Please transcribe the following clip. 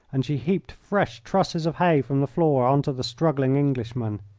and she heaped fresh trusses of hay from the floor on to the struggling englishman.